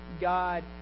God